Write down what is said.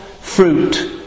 fruit